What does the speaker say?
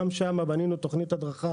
גם שם בנינו תוכנית הדרכה